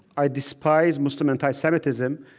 i despise muslim anti-semitism,